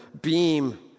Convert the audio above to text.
beam